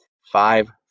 five